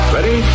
Ready